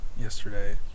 yesterday